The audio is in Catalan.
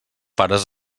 pares